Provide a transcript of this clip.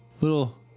Little